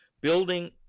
building